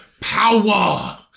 power